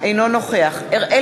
אינו נוכח יעקב מרגי,